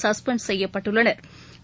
suspend செய்யப்பட்டுள்ளனா்